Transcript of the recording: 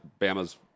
Bama's